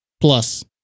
plus